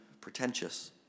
pretentious